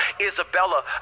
Isabella